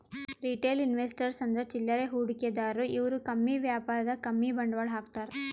retail investors ಅಂದ್ರ ಚಿಲ್ಲರೆ ಹೂಡಿಕೆದಾರು ಇವ್ರು ಕಮ್ಮಿ ವ್ಯಾಪಾರದಾಗ್ ಕಮ್ಮಿ ಬಂಡವಾಳ್ ಹಾಕ್ತಾರ್